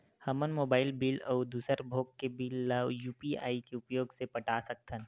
हमन mobile bill अउ दूसर भोग के बिल ला यू.पी.आई के उपयोग से पटा सकथन